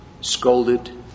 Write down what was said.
scolded